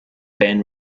band